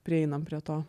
prieinam prie to